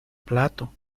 plato